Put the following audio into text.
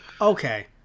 okay